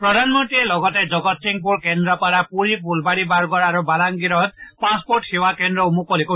প্ৰধানমন্ত্ৰীয়ে লগতে জগতসিঙপুৰ কেন্দ্ৰপাৰাপুৰী ফুলবানী বাৰ্গৰ আৰু বাংলাগীৰত পাছপোৰ্ট সেৱা কেন্দ্ৰও মুকলি কৰে